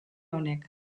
honek